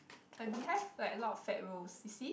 my beehive like a lot of fat rolls you see